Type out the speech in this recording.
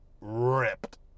ripped